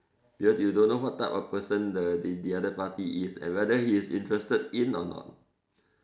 because you don't know what type of person the the other party is and whether he is interested in or not